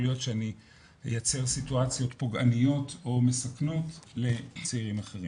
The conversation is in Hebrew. להיות שאני אייצר סיטואציות פוגעניות או מסכנות לצעירים אחרים,